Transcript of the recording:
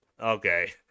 okay